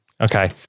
Okay